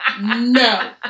No